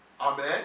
Amen